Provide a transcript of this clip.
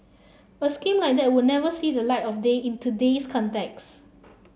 a scheme like that would never see the light of day in today's context